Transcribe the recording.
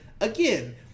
again